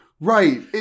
Right